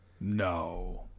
no